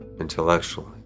Intellectually